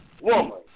woman